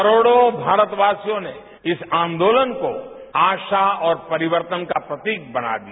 करोड़ो भारतवासियों ने इस आंदोलन को आसा और परिवर्तन का प्रतीक बना दिया